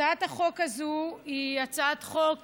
הצעת החוק הזו היא הצעת חוק